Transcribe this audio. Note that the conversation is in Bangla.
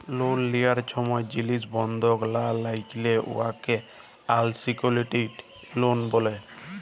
লল লিয়ার ছময় জিলিস বল্ধক লা রাইখলে উয়াকে আলসিকিউর্ড লল ব্যলে